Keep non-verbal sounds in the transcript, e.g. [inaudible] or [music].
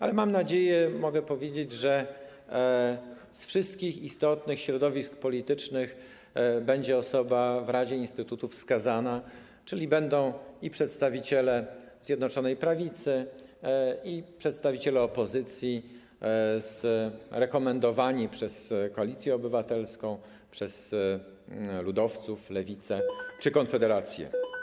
Ale mam nadzieję, mogę powiedzieć, że ze wszystkich istotnych środowisk politycznych będzie wskazana osoba w radzie instytutu, czyli będą i przedstawiciele Zjednoczonej Prawicy, i przedstawiciele opozycji rekomendowani przez Koalicję Obywatelską, przez ludowców, Lewicę [noise] czy Konfederację.